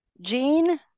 jean